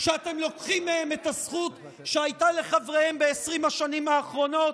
שאתם לוקחים מהן את הזכות שהייתה לחבריהם ב-20 השנים האחרונות?